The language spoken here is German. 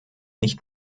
nicht